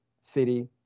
City